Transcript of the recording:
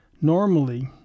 normally